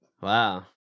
Wow